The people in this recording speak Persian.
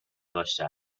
داشته